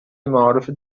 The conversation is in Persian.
معارف